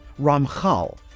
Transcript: Ramchal